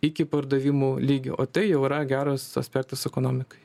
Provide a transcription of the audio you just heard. iki pardavimų lygio o tai jau yra geras aspektas ekonomikai